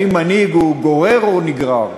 האם מנהיג הוא גורר או נגרר?